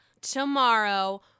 tomorrow